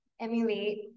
emulate